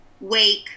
wake